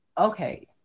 Okay